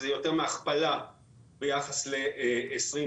זה יותר מהכפלה ביחס ל-2020.